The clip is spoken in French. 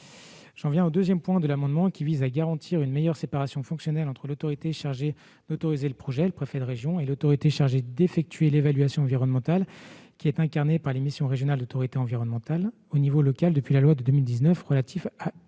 J'en viens au deuxième point de l'amendement, qui vise à garantir une meilleure séparation fonctionnelle entre l'autorité chargée d'autoriser le projet- le préfet de région - et l'autorité chargée d'effectuer l'évaluation environnementale, qui est incarnée par les missions régionales d'autorité environnementale au niveau local depuis la loi de 2019 relative à